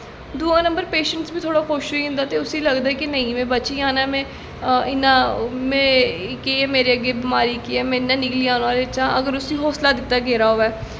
ते दुआ number patients बी खुश होई जंदा ऐ नेईं में बची जाना ऐ ते इ'यां मेरे अग्गैं बमारी केह् में निकली जाना एह्दे बिच्चा दा अगर उस्सी हौंसला दित्ता गेदा होऐ